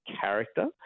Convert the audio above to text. character